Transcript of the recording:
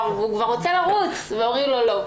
הוא כבר רוצה לרוץ, ואומרים לו לא.